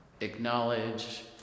acknowledge